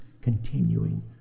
continuing